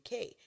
UK